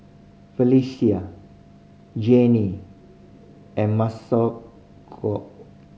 Felisha Jeanie and Masako